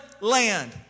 land